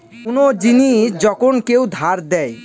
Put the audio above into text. কোন জিনিস যখন কেউ ধার দেয়